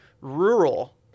Rural